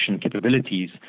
capabilities